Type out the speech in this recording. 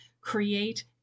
create